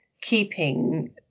keeping